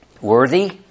Worthy